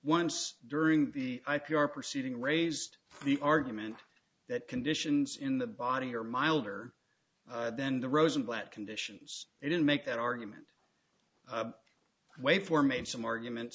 once during the i p r proceeding raised the argument that conditions in the body are milder than the rosenblatt conditions they didn't make that argument wait for made some arguments